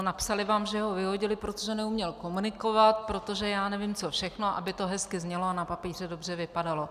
Napsali vám, že ho vyhodili, protože neuměl komunikovat, protože já nevím, co všechno, aby to hezky znělo a na papíře dobře vypadalo.